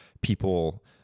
people